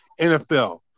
NFL